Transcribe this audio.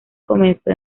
comenzó